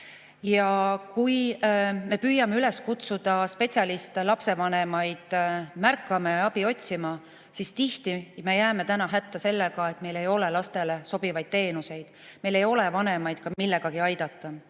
Ja kui me püüame üles kutsuda spetsialiste ja lapsevanemaid märkama ja abi otsima, siis tihti me jääme hätta sellega, et meil ei ole lastele sobivaid teenuseid. Meil ei ole vanemaid millegagi aidata.